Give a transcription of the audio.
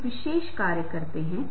आप देखेंगे की कश्मीर शब्द यहाँ लिखा है